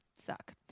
suck